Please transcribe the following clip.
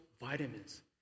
Vitamins